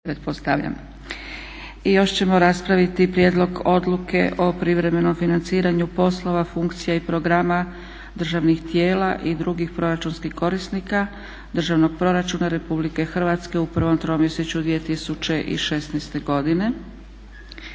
i 31 glas protiv, donesena Odluka o privremenom financiranju poslova, funkcija i programa državnih tijela i drugih proračunskih korisnika Državnog proračuna Republike Hrvatske u prvom tromjesečju 2016. godine,